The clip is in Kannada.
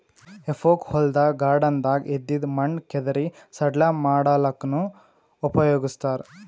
ಹೆಫೋಕ್ ಹೊಲ್ದಾಗ್ ಗಾರ್ಡನ್ದಾಗ್ ಇದ್ದಿದ್ ಮಣ್ಣ್ ಕೆದರಿ ಸಡ್ಲ ಮಾಡಲ್ಲಕ್ಕನೂ ಉಪಯೊಗಸ್ತಾರ್